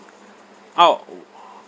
!ow! oo